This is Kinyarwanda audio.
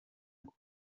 ngo